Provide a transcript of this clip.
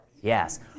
Yes